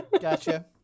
Gotcha